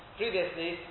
previously